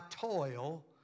toil